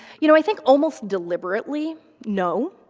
you know, i think almost deliberately, no.